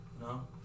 No